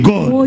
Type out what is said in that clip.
God